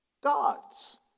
God's